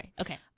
okay